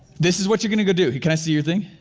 this is what you're gonna go do? can i see your thing?